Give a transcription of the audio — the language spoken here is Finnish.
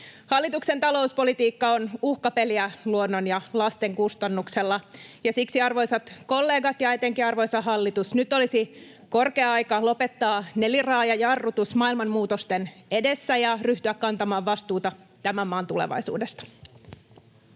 Hallituksen talouspolitiikka on uhkapeliä luonnon ja lasten kustannuksella. Siksi, arvoisat kollegat ja etenkin arvoisa hallitus, nyt olisi korkea aika lopettaa neliraajajarrutus maailman muutosten edessä ja ryhtyä kantamaan vastuuta tämän maan tulevaisuudesta.